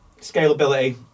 Scalability